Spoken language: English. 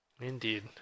Indeed